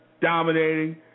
dominating